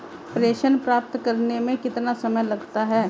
प्रेषण प्राप्त करने में कितना समय लगता है?